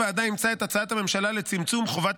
הוועדה אימצה את החלטת הממשלה לצמצום חובת